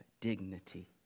dignity